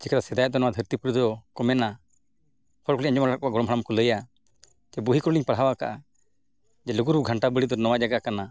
ᱪᱤᱠᱟᱹ ᱥᱮᱫᱟᱭ ᱫᱚ ᱱᱚᱣᱟ ᱫᱷᱟᱹᱨᱛᱤᱯᱩᱨᱤ ᱫᱚᱠᱚ ᱢᱮᱱᱟ ᱦᱚᱲ ᱠᱚᱞᱤᱧ ᱟᱸᱡᱚᱢ ᱟᱠᱟᱫ ᱠᱚᱣᱟ ᱜᱚᱲᱚᱢ ᱦᱟᱲᱟᱢ ᱠᱚᱠᱚ ᱞᱟᱹᱭᱟ ᱪᱮ ᱵᱳᱭ ᱠᱚᱞᱤᱧ ᱯᱟᱲᱦᱟᱣ ᱟᱠᱟᱜᱼᱟ ᱡᱮ ᱞᱩᱜᱩᱼᱵᱩᱨᱩ ᱜᱷᱟᱱᱴᱟ ᱵᱟᱲᱮ ᱫᱚ ᱱᱚᱣᱟ ᱡᱟᱭᱜᱟ ᱠᱟᱱᱟ